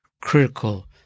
critical